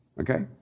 okay